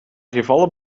gevallen